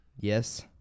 Yes